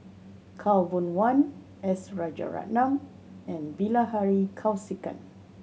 Khaw Boon Wan S Rajaratnam and Bilahari Kausikan